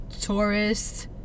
tourists